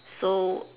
so